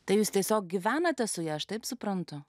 tai jūs tiesiog gyvenate su ja aš taip suprantu